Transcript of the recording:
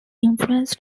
influence